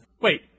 Wait